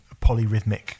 polyrhythmic